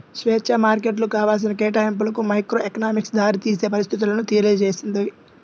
స్వేచ్ఛా మార్కెట్లు కావాల్సిన కేటాయింపులకు మైక్రోఎకనామిక్స్ దారితీసే పరిస్థితులను తెలియజేస్తుంది